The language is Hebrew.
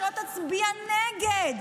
שלא תצביע נגד.